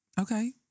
Okay